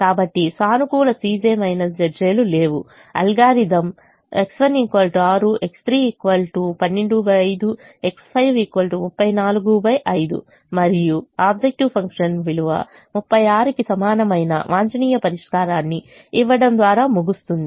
కాబట్టి సానుకూల లు లేవు అల్గోరిథం X1 6 X3 125 X5 345 మరియు ఆబ్జెక్టివ్ ఫంక్షన్ విలువ 36 కి సమానమైన వాంఛనీయ పరిష్కారాన్ని ఇవ్వడం ద్వారా ముగుస్తుంది